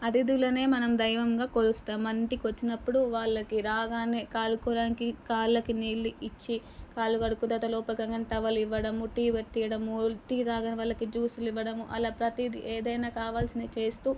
అతిధులనే మనం దైవంగా కొలుస్తాం మనింటి కొచ్చినప్పుడు వాళ్ళకి రాగానే కాళ్ళు క్కోడానికి కాళ్ళకి నీళ్లు ఇచ్చి కాళ్ళు కడుకున్న తర్వాత లోపలకి రాగానే టవల్ ఇవ్వడం టీ పెట్టీయడము టీ తాగని వాళ్ళకి జ్యూస్లు ఇవ్వడము అలా ప్రతిదీ ఏదైనా కావాల్సింది చేస్తూ